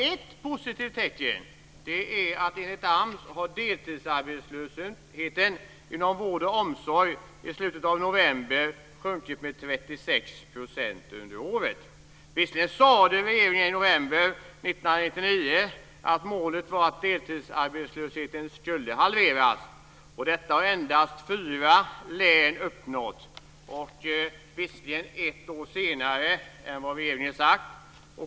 Ett positivt tecken är att deltidsarbetslösheten inom vård och omsorg i slutet av november enligt AMS sjunkit med 36 % under året. Visserligen sade regeringen i november 1999 att målet var att deltidsarbetslösheten skulle halveras. Detta har endast fyra län uppnått, och det ett år senare än vad regeringen sagt.